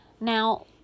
Now